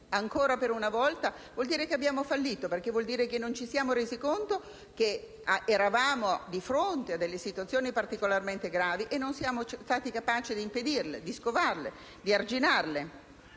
Ancora per una volta, vuol dire che abbiamo fallito, perché non ci siamo resi conto che eravamo di fronte a situazioni particolarmente gravi e non siamo stati capaci di impedirle, scovarle ed arginarle,